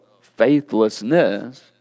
faithlessness